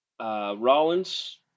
Rollins